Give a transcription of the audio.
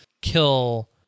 kill